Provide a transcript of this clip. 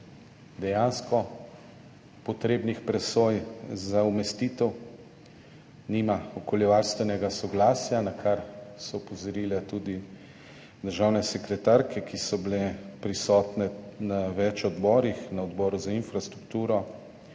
brezdejansko potrebnih presoj za umestitev, nima okoljevarstvenega soglasja, na kar so opozorile tudi državne sekretarke, ki so bile prisotne na več odborih, na Odboru za infrastrukturo,